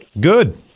Good